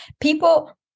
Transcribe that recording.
People